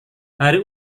hari